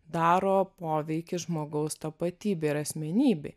daro poveikį žmogaus tapatybei ir asmenybei